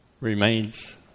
remains